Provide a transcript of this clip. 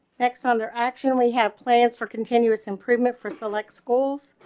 next wonder actually have plans for continuous improvement for select schools